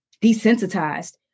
desensitized